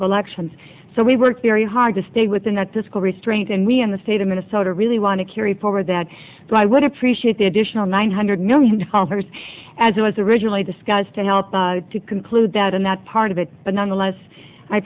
of elections so we work very hard to stay within that disco restraint and we in the state of minnesota really want to carry forward that so i would appreciate the additional one hundred million dollars as it was originally discussed to help to conclude that in that part of it but nonetheless i